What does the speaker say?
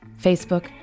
Facebook